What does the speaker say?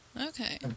Okay